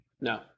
No